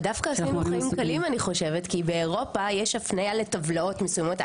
אני חושבת שעשינו חיים קלים כי באירופה יש הפניה לטבלאות מסוימות.